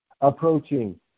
approaching